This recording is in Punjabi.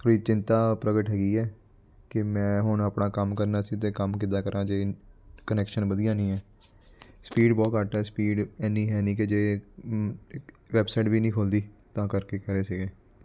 ਥੋੜ੍ਹੀ ਚਿੰਤਾ ਪ੍ਰਗਟ ਹੈਗੀ ਹੈ ਕਿ ਮੈਂ ਹੁਣ ਆਪਣਾ ਕੰਮ ਕਰਨਾ ਸੀ ਤਾਂ ਕੰਮ ਕਿੱਦਾਂ ਕਰਾਂ ਜੇ ਕਨੈਕਸ਼ਨ ਵਧੀਆ ਨਹੀਂ ਹੈ ਸਪੀਡ ਬਹੁਤ ਘੱਟ ਹੈ ਸਪੀਡ ਇੰਨੀ ਹੈ ਨਹੀਂ ਕਿ ਜੇ ਇੱਕ ਵੈਬਸਾਈਟ ਵੀ ਨਹੀਂ ਖੁੱਲ੍ਹਦੀ ਤਾਂ ਕਰਕੇ ਕਹਿ ਰਹੇ ਸੀਗੇ